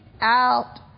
out